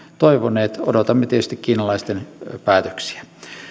toivoneet odotamme tietysti kiinalaisten päätöksiä